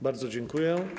Bardzo dziękuję.